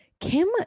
Kim